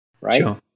right